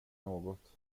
något